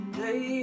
day